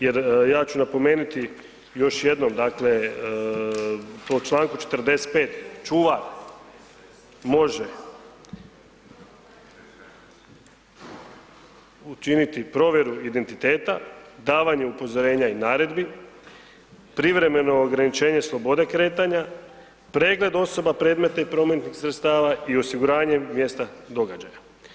Jer ja ću napomenuti još jednom, dakle po Članku 45. čuvar može učiniti provjeru identiteta, davanje upozorenja i naredbi, privremeno ograničenje slobode kretanja, pregled osoba, predmeta i prometnih sredstava i osiguranje mjesta događaja.